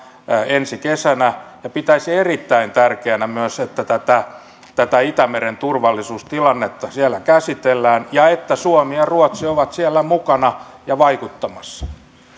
ensi kesänä ja pitäisin erittäin tärkeänä myös sitä että tätä tätä itämeren turvallisuustilannetta siellä käsitellään ja että suomi ja ruotsi ovat siellä mukana ja vaikuttamassa